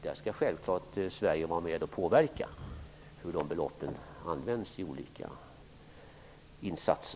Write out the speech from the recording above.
Där skall Sverige självklart vara med och påverka för vilka insatser pengarna skall användas.